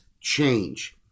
change